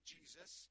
Jesus